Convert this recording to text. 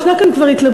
ישנה כאן התלבטות,